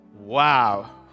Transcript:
Wow